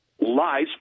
lies